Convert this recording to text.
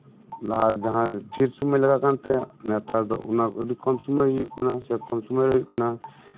ᱞᱟᱦᱟ ᱡᱟᱸᱦᱟ ᱰᱷᱮᱨ ᱥᱚᱢᱚᱭ ᱞᱟᱜᱟᱜ ᱠᱟᱱ ᱛᱟᱸᱦᱮᱜ ᱱᱮᱛᱟᱨ ᱫᱚ ᱚᱱᱟ ᱟᱹᱰᱤ ᱠᱚᱢ ᱥᱚᱢᱚᱭ ᱦᱩᱭᱩᱜ ᱠᱟᱱᱟ ᱥᱮ ᱠᱚᱢ ᱥᱚᱢᱚᱭᱨᱮ ᱦᱩᱭᱩᱜ ᱠᱟᱱᱟ